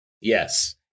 Yes